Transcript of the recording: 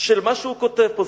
של מה שהוא כותב פה,